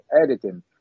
editing